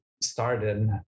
started